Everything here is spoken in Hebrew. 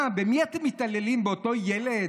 מה, במי אתם מתעללים, באותו ילד?